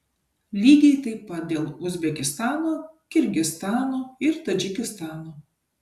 lygiai taip pat dėl uzbekistano kirgizstano ir tadžikistano